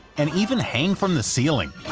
and even hang from the ceiling.